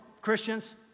Christians